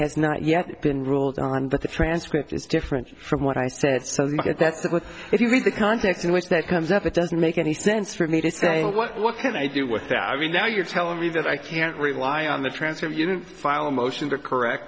has not yet been ruled on that the transcript is different from what i said so that's what if you read the context in which that comes up it doesn't make any sense for me to say what can i do with that i mean now you're telling me that i can't rely on the transfer of you don't file a motion to correct